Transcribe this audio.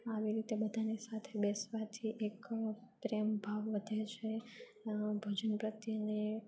આવી રીતે બધાને સાથે બેસવાથી એક પ્રેમ ભાવ વધે છે ભોજન પ્રત્યેની